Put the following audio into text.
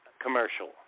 commercial